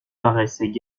paraissaient